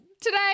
today